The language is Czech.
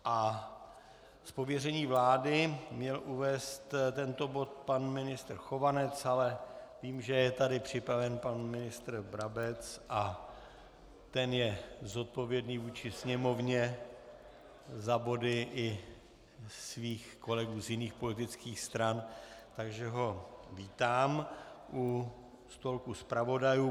Z pověření vlády měl uvést tento bod pan ministr Chovanec, ale vidím, že je tady připraven pan ministr Brabec a ten je zodpovědný vůči Sněmovně za body i svých kolegů z jiných politických stran, takže ho vítám u stolku zpravodajů.